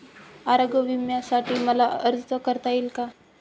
आरोग्य विम्यासाठी मला अर्ज करता येईल का?